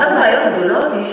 אחת הבעיות הגדולות היא,